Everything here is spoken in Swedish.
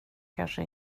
kanske